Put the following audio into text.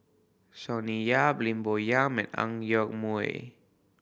Sonny Yap Lim Bo Yam and Ang Yoke Mooi